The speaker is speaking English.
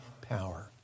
power